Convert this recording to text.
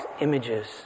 images